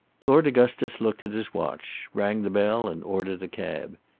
lord augustus looked at his watch, rang the bell, and ordered a cab.